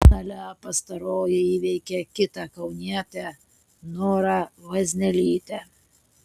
finale pastaroji įveikė kitą kaunietę norą vaznelytę